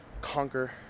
conquer